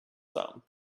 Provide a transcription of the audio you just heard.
some